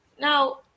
Now